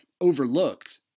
overlooked